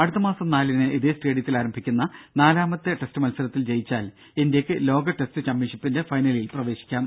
അടുത്ത മാസം നാലിന് ഇതേ സ്റ്റേഡിയത്തിൽ ആരംഭിക്കുന്ന നാലാമത്തെ ടെസ്റ്റ് മത്സരത്തിൽ ജയിച്ചാൽ ഇന്ത്യയ്ക്ക് ലോക ടെസ്റ്റ് ചാമ്പ്യൻഷിപ്പിന്റെ ഫൈനലിൽ പ്രവേശിക്കാം